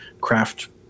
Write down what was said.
craft